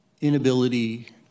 inability